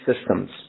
systems